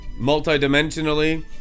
multidimensionally